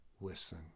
listen